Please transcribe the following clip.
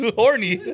horny